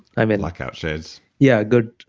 i mean. blackout shades. yeah, a good